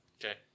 Okay